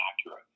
accurate